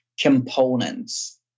components